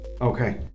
Okay